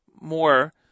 more